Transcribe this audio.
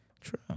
True